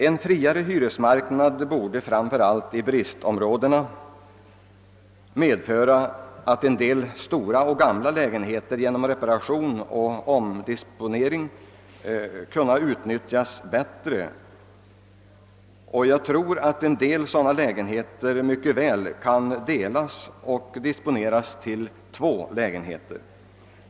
En friare hyresmarknad borde framför allt i bristområdena medföra att en del stora och gamla lägenheter genom reparation och omdisponering kunde utnyttjas bättre. Jag tror att en del sådana lägenheter mycket väl kan delas och disponeras om till två lägen heter.